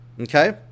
Okay